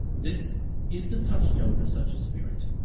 this is the touchstone of such a spirit.